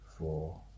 Four